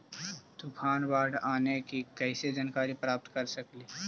तूफान, बाढ़ आने की कैसे जानकारी प्राप्त कर सकेली?